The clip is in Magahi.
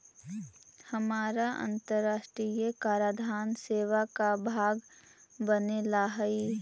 हमारा अन्तराष्ट्रिय कराधान सेवा का भाग बने ला हई